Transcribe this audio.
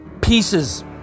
pieces